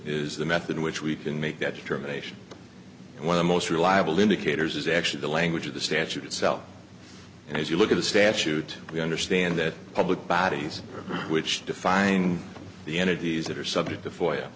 is the method in which we can make that determination one of the most reliable indicators is actually the language of the statute itself and as you look at the statute we understand that public bodies which define the entities that are subject to foil